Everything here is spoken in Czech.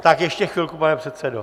Tak ještě chvilku, pane předsedo...